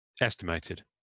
estimated